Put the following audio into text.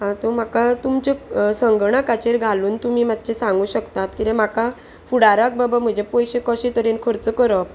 आं तूं म्हाका तुमचे संगणकाचेर घालून तुमी मातशें सांगूं शकतात किद्या म्हाका फुडाराक बाबा म्हजे पयशे कशें तरेन खर्च करप